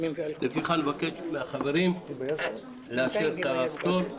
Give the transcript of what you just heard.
לפיכך אני מבקש מן החברים לאשר את הפטור.